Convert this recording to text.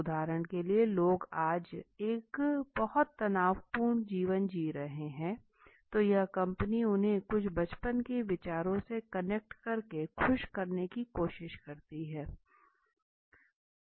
उदाहरण के लिए लोग आज एक बहुत तनावपूर्ण जीवन जी रहे हैं तो यह कंपनी उन्हें कुछ बचपन के विचारों से कनेक्ट करके खुश करने की कोशिश करती है